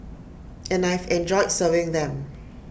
and I've enjoyed serving them